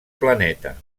planeta